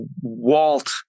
Walt